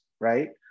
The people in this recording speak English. right